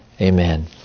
Amen